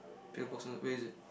pill boxes where is it